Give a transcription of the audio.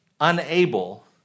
unable